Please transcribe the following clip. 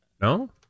No